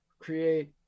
create